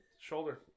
shoulder